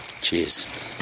Cheers